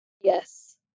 Yes